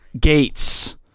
Gates